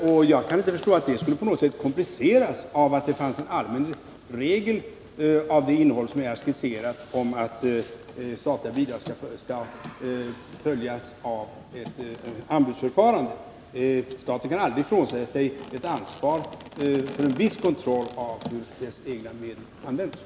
Och jag kan inte förstå att det hela skulle kompliceras, om det fanns en allmän regel med det innehåll som jag nyss skisserat: att statliga bidrag skall följas av ett anbudsförfarande. Staten kan aldrig frånsäga sig ett ansvar för en viss kontroll av hur dess egna medel används.